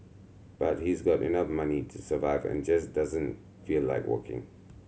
but he's got enough money to survive and just doesn't feel like working